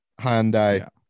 Hyundai